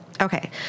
Okay